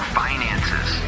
finances